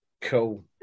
Cool